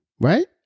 right